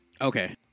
okay